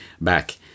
back